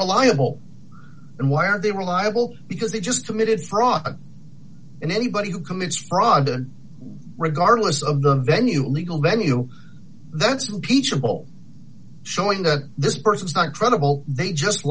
reliable and why are they reliable because they just committed fraud and anybody who commits fraud regardless of the venue legal venue that's repeatable showing that this person is not credible they just